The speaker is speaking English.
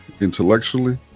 intellectually